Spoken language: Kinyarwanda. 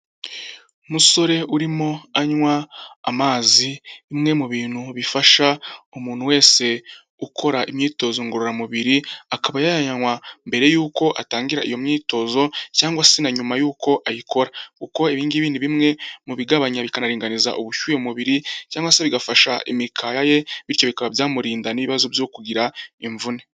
Umusore urimo anywa amazi, bimwe mu bintu bifasha umuntu wese ukora imyitozo ngororamubiri akaba yayanywa mbere y'uko atangira iyo myitozo, cyangwa se na nyuma yuko ayikora, kuko ibi ngibi ni bimwe mu bigabanya bikaringaniza ubushyuhe mu mubiri cyangwa se bigafasha imikaya ye, bityo bikaba byamurinda n'ibibazo byo kugira imvune.